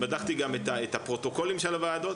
בדקתי גם את הפרוטוקולים של הוועדות.